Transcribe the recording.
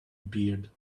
beard